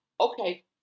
okay